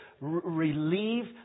relieve